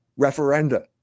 referenda